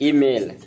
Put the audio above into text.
Email